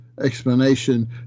explanation